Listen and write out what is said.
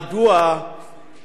או שאתם אטומים,